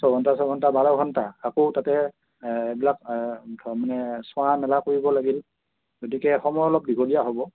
ছয়ঘণ্টা ছয়ঘণ্টা বাৰ ঘণ্টা আকৌ তাতে এইবিলাক মানে চোৱা মেলা কৰিব লাগিল গতিকে সময় অলপ দীঘলীয়া হ'ব